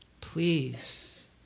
Please